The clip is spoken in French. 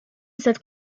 cette